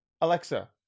Alexa